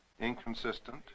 inconsistent